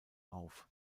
auf